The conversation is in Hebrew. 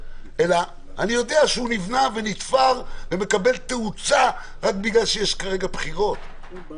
אלא אני יודע שהוא נבנה ונתפר ומקבל תאוצה רק בגלל שיש כרגע בחירות ורק